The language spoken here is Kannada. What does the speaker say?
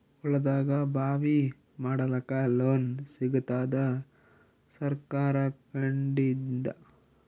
ಹೊಲದಾಗಬಾವಿ ಮಾಡಲಾಕ ಲೋನ್ ಸಿಗತ್ತಾದ ಸರ್ಕಾರಕಡಿಂದ?